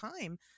time